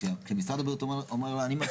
כשמשרד הבריאות אומר --- לא,